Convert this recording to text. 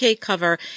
cover